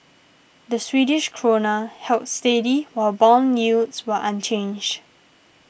the Swedish Krona held steady while bond yields were unchanged